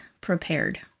prepared